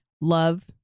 love